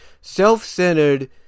self-centered